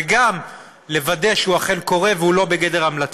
וגם לוודא שהוא אכן קורה והוא לא בגדר המלצה.